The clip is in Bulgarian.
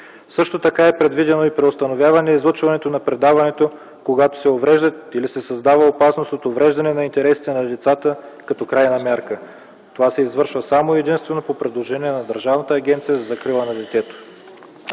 Също така е предвидено и преустановяване излъчването на предаването, когато се увреждат или се създава опасност от увреждане на интересите на децата, като крайна мярка. Това се извършва само и единствено по предложение на Държавната агенция за закрила на детето.